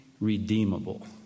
redeemable